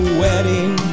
wedding